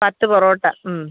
പത്ത് പൊറോട്ട